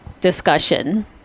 discussion